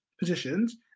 positions